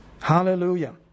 Hallelujah